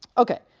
ok,